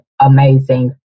amazing